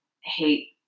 hate